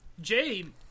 Jade